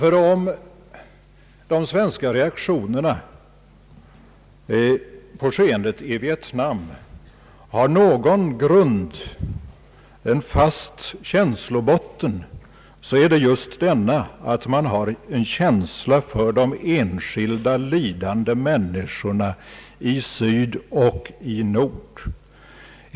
Ty om de svenska reaktionerna på skeendet i Vietnam har någon grund, en fast känslobotten, så är det just att man har en känsla för de enskilda lidande människorna i syd och nord.